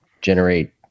generate